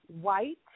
white